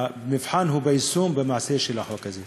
המבחן הוא ביישום, במעשה של החוק הזה.